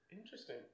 Interesting